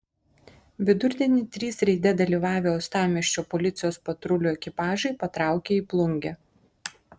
vidurdienį trys reide dalyvavę uostamiesčio policijos patrulių ekipažai patraukė į plungę